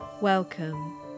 Welcome